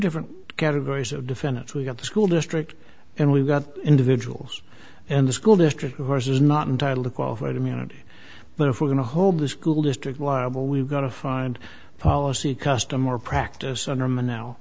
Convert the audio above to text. different categories of defendants we've got the school district and we've got individuals and the school district of course is not entitle to qualified immunity but if we're going to hold the school district liable we've got to find policy custom or practice under